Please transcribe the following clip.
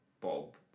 Bob